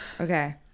Okay